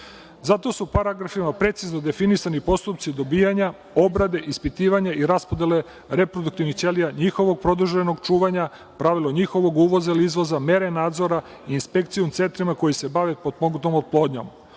Zato su paragrafima precizno definisani postupci dobijanja, obrade, ispitivanja i raspodele reproduktivnih ćelija, njihovog produženog čuvanja, pravilo njihovog uvoza ili izvoza, mere nadzora, inspekcije u centrima koje se bave potpomugnutom oplodnjom. Odredbe